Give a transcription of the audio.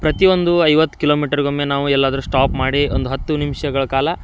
ಪ್ರತಿಯೊಂದು ಐವತ್ತು ಕಿಲೋಮೀಟ್ರಿಗೊಮ್ಮೆ ನಾವು ಎಲ್ಲಾದರೂ ಸ್ಟಾಪ್ ಮಾಡಿ ಒಂದು ಹತ್ತು ನಿಮ್ಷಗಳ ಕಾಲ